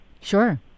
Sure